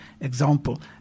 Example